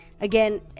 again